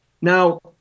Now